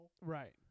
Right